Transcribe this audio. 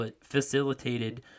Facilitated